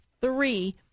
three